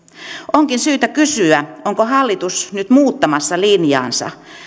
onkin syytä kysyä onko hallitus nyt muuttamassa linjaansa